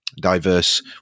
diverse